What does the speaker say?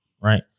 right